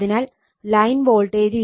അതിനാൽ line voltage √ 3 phase voltage